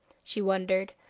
she wondered,